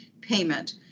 payment